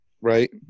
right